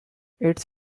its